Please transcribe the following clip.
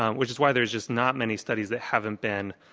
um which is why there's just not many studies that haven't been,